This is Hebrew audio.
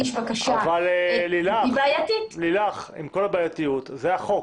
עם כל הבעייתיות, זה החוק.